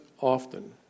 often